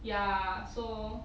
ya so